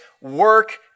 work